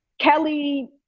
kelly